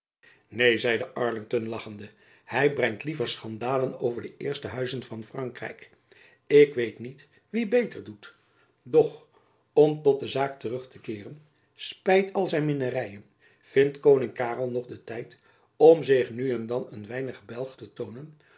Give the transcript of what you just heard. neen zeide arlington lachende hy brengt liever schandalen over de eerste huizen van frankrijk ik weet niet wie beter doet doch om tot de zaak terug te keeren spijt al zijn minnaryen vindt koning karel nog den tijd om zich nu en dan een weinig gebelgd te toonen